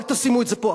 אל תשימו את זה פה.